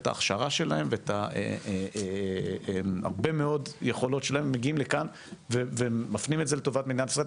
את ההכשרה שלהם והרבה מאוד יכולות שלהם ומפנים את זה לטובת מדינת ישראל.